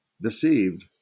deceived